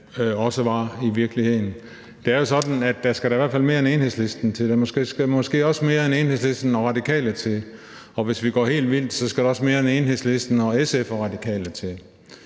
jo sådan, at der i hvert fald skal være flere end Enhedslisten til; der skal måske også flere end Enhedslisten og Radikale til. Og hvis vi går helt vildt til den, skal der også flere end Enhedslisten og SF og Radikale til.